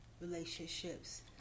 relationships